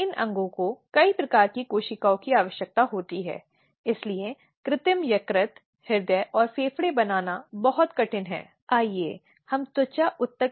क्योंकि कई बार यह एक एक पुरुष कर्मचारी की सामान्य व्यवहार अशिष्ट व्यवहार और आक्रामक बातचीत हो सकता है